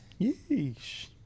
Yeesh